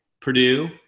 Purdue